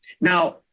Now